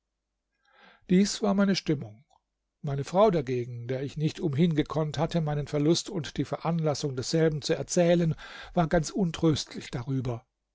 dies war meine stimmung meine frau dagegen der ich nicht umhin gekonnt hatte meinen verlust und die veranlassung desselben zu erzählen war ganz untröstlich darüber